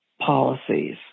policies